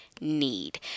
need